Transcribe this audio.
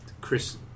Chris